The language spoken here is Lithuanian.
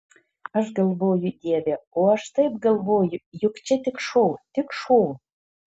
aš galvoju dieve o aš taip galvoju juk čia tik šou tik šou